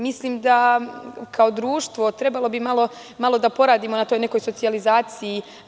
Mislim, da kao društvo trebalo bi malo da poradimo na toj socijalizaciji.